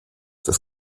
das